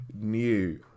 new